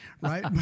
right